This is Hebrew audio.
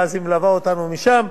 והיא מלווה אותנו משם,